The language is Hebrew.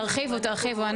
תרחיבו, תרחיבו.